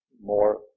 more